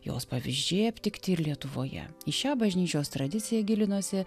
jos pavyzdžiai aptikti ir lietuvoje į šią bažnyčios tradiciją gilinosi